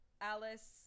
Alice